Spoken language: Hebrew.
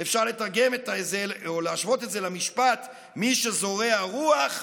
אפשר להשוות את זה למשפט: מי שזורע רוח,